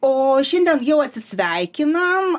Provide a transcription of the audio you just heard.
o šiandien jau atsisveikinam